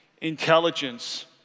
Intelligence